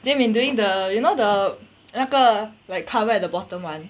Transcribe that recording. jie min doing the you know the 那个 like cover at the bottom [one]